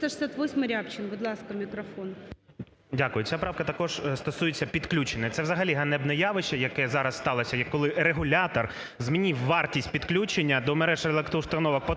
368-а, Рябчин. Будь ласка, мікрофон.